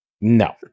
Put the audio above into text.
No